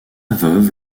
veuve